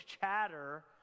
chatter